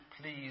please